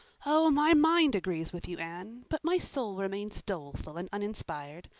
oh, my mind agrees with you, anne. but my soul remains doleful and uninspired.